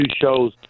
shows